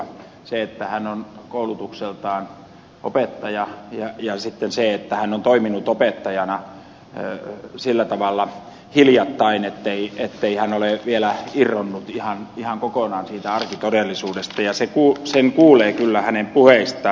se että hän on koulutukseltaan opettaja ja sitten se että hän on toiminut opettajana sillä tavalla hiljattain ettei hän ole vielä irronnut ihan kokonaan siitä arkitodellisuudesta ja sen kuulee kyllä hänen puheistaan